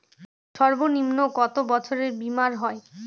সর্বনিম্ন কত বছরের বীমার হয়?